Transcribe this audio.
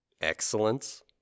Excellence